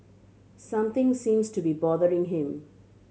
something seems to be bothering him